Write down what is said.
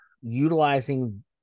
utilizing